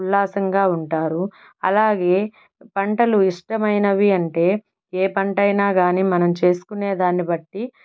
ఉల్లాసంగా ఉంటారు అలాగే పంటలు ఇష్టమయినవి అంటే ఏ పంటయినా కానీ మనం చేసుకునేదాన్ని బట్టి